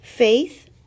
Faith